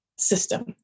system